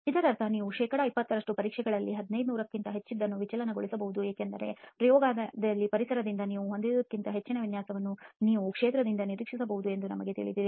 ಇದರರ್ಥ ನೀವು ಶೇಕಡಾ 20 ರಷ್ಟು ಪರೀಕ್ಷೆಗಳಲ್ಲಿ 1500 ಕ್ಕಿಂತಲೂ ಹೆಚ್ಚಿನದನ್ನು ವಿಚಲನಗೊಳಿಸಬಹುದು ಏಕೆಂದರೆ ಪ್ರಯೋಗಾಲಯ ಪರಿಸರದಲ್ಲಿ ನೀವು ಹೊಂದಿರುವದಕ್ಕಿಂತ ಹೆಚ್ಚಿನ ವ್ಯತ್ಯಾಸವನ್ನು ನೀವು ಕ್ಷೇತ್ರದಲ್ಲಿ ನಿರೀಕ್ಷಿಸಬಹುದು ಎಂದು ನಿಮಗೆ ತಿಳಿದಿದೆ